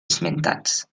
esmentats